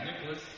Nicholas